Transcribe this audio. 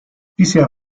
bisher